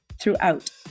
throughout